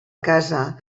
casa